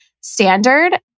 standard